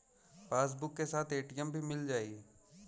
Passbook के साथ ATM भी मील जाई?